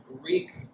Greek